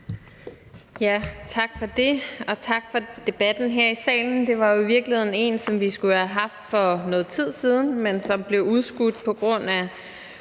Tak for det, og tak for debatten her i salen. Det var jo i virkeligheden en, som vi skulle haft for noget tid siden, men som blev udskudt på grund af